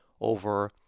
over